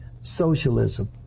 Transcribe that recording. socialism